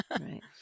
Right